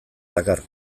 dakar